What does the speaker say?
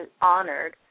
honored